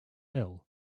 ill